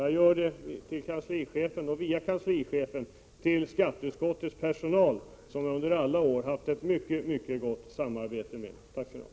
Jag vill via kanslichefen i skatteutskottet, framför allt rikta ett tack till utskottets personal, som jag under alla år har haft ett mycket gott samarbete med. Tack skall ni ha!